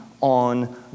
on